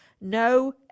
No